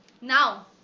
now